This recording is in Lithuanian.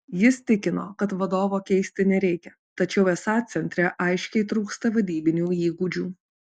jis tikino kad vadovo keisti nereikia tačiau esą centre aiškiai trūksta vadybinių įgūdžių